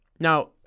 Now